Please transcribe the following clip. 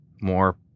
More